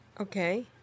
Okay